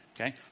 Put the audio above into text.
okay